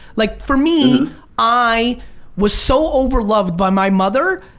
like for me i was so over loved by my mother,